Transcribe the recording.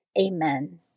Amen